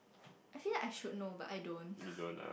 I feel like I should know but I don't